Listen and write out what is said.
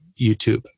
YouTube